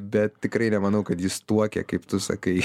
bet tikrai nemanau kad jis tuokia kaip tu sakai